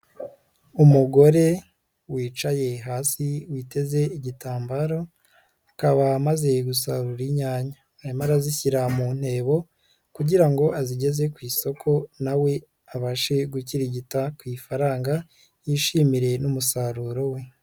Umugore wicaye hasi witeze igitambaro, akaba amaze gusarura inyanya, arimo arazishyira mu ntebo kugira ngo azigeze ku isoko nawe abashe gukirigita ku ifaranga yishimire n'umusaruro we.